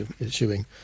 issuing